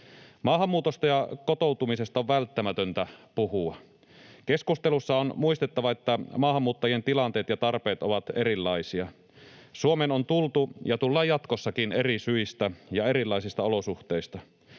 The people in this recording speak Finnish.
Maahanmuutosta ja kotoutumisesta on välttämätöntä puhua. Keskustelussa on muistettava, että maahanmuuttajien tilanteet ja tarpeet ovat erilaisia. Suomeen on tultu ja tullaan jatkossakin eri syistä ja erilaisista olosuhteista.